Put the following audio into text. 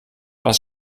was